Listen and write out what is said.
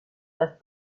das